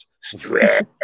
Stretch